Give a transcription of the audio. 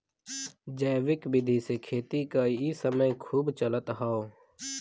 जैविक विधि से खेती क इ समय खूब चलत हौ